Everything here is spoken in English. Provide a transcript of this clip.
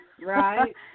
Right